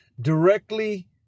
directly